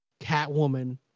Catwoman